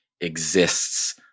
exists